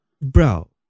Bro